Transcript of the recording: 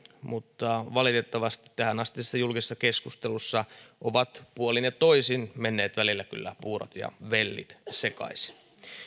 mutta valitettavasti tähänastisessa julkisessa keskustelussa ovat puolin ja toisin menneet välillä kyllä puurot ja vellit sekaisin